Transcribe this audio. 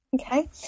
okay